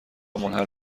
منحل